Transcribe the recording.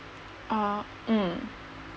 ah mm